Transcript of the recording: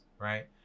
Right